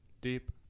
Deep